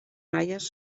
baies